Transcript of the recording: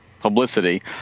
publicity